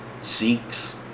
seeks